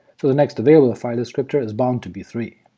so the next available file descriptor is bound to be three.